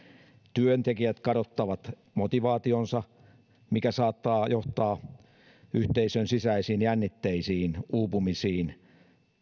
työntekijät kadottavat motivaationsa mikä saattaa johtaa yhteisön sisäisiin jännitteisiin uupumisiin